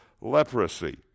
leprosy